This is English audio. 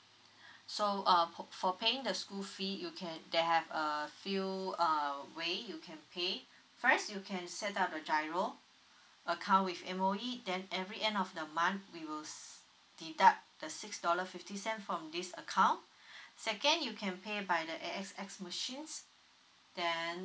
so uh for paying the school fee you can they have a few err way you can pay first you can set up a giro account with M_O_E then every end of the month we will deduct the six dollar fifty cent from this account second you can pay by the AXS machines then